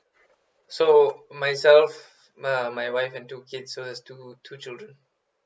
so myself uh my wife and two kids so there's two two children